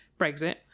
Brexit